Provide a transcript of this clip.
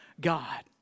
God